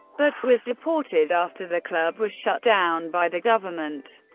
but was deported after the club was shut down by the government.